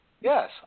Yes